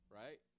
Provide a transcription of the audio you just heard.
right